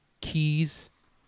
keys